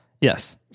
Yes